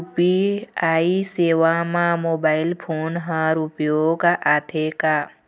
UPI सेवा म mobile phone हर उपयोग आथे का?